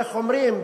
איך אומרים,